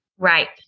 Right